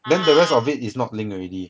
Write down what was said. then the rest of it is not link already